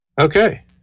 okay